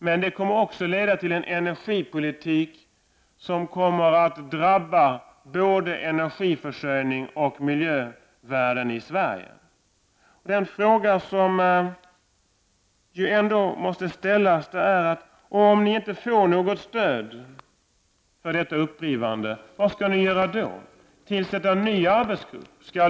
Dessutom kommer beslutet att leda till en energipolitik som drabbar både energiförsörjning och miljövärden i Sverige. Jag måste fråga: Om ni inte får något stöd för detta uppgivande av koldioxidtaket, vad skall ni då göra? Skall en ny arbetsgrupp tillsättas?